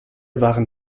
waren